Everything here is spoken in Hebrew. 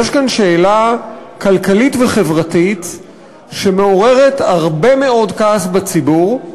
יש כאן שאלה כלכלית וחברתית שמעוררת הרבה מאוד כעס בציבור,